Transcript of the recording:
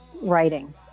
writing